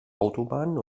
autobahnen